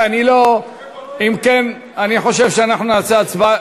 אם כן, אני חושב שאנחנו נעשה הצבעה.